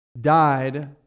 died